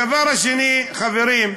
דבר שני, חברים,